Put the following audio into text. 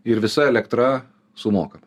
ir visa elektra sumoka